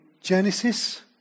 Genesis